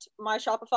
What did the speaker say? myshopify